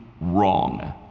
wrong